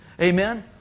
Amen